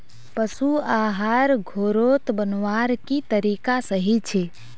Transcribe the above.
पशु आहार घोरोत बनवार की तरीका सही छे?